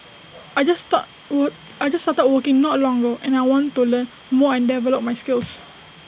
I just start I just started working not long ago and I want to learn more and develop my skills